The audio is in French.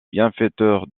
bienfaiteur